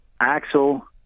Axel